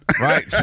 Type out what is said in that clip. Right